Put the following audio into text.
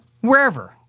Wherever